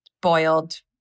boiled